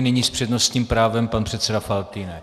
Nyní s přednostním právem pan předseda Faltýnek.